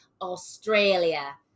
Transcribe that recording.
Australia